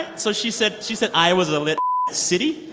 so she said she said iowa's a lit city?